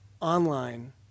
online